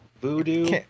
voodoo